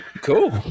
Cool